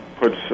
puts